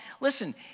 listen